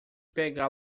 pegá